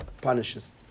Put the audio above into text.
punishes